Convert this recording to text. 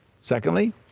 Secondly